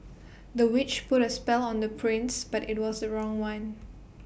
the witch put A spell on the prince but IT was the wrong one